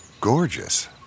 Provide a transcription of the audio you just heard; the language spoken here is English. gorgeous